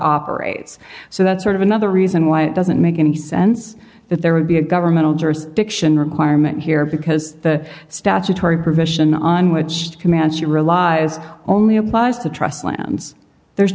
operates so that sort of another reason why it doesn't make any sense that there would be a governmental jurisdiction requirement here because the statutory provision on which command she relies only applies to trust lands there's